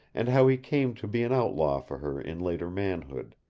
and how he came to be an outlaw for her in later manhood.